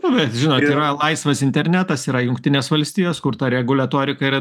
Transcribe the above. nu bet žinot yra laisvas internetas yra jungtinės valstijos kur ta reguliatorika yra